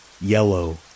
yellow